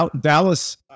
Dallas